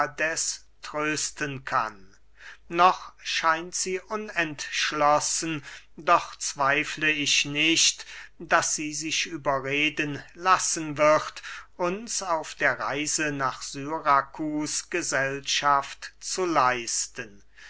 trösten kann noch scheint sie unentschlossen doch zweifle ich nicht daß sie sich überreden lassen wird uns auf der reise nach syrakus gesellschaft zu leisten